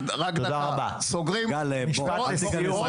משפט סיכום.